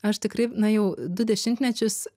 aš tikrai na jau du dešimtmečius